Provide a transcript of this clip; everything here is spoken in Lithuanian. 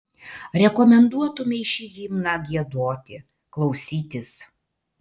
rekomenduotumei šį himną giedoti klausytis